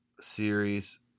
series